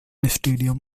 stadium